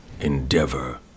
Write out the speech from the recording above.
endeavor